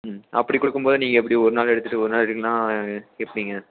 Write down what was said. ம் அப்படி கொடுக்கும்போது நீங்கள் எப்படி ஒருநாள் எடுத்துகிட்டு ஒருநாள் எடுக்கலைன்னா எப்படிங்க